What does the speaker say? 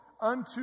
unto